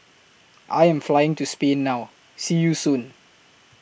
I Am Flying to Spain now See YOU Soon